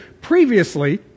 previously